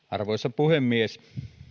arvoisa puhemies